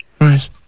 Right